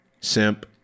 simp